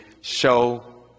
show